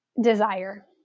desire